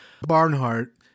Barnhart